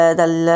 dal